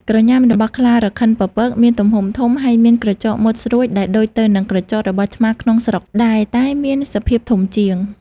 ក្រញាំរបស់ខ្លារខិនពពកមានទំហំធំ ហើយមាន ក្រចកមុតស្រួចដែលដូចទៅនឹងក្រចករបស់ឆ្មាក្នុងស្រុកដែរ តែមានសភាពធំជាង។